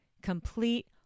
complete